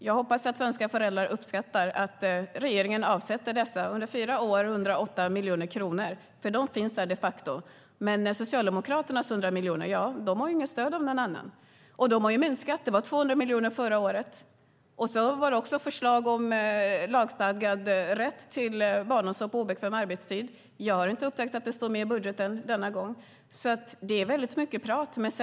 Jag hoppas att svenska föräldrar uppskattar att regeringen avsätter dessa 108 miljoner kronor under fyra år, för de finns där de facto. Men Socialdemokraternas 100 miljoner har inget stöd av någon annan. Stödet har minskat. Det var 200 miljoner förra året. Det var också förslag om lagstadgad rätt till barnomsorg på obekväm arbetstid. Jag har inte upptäckt att det står med i budgeten denna gång. Det är mycket prat.